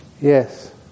Yes